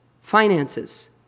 finances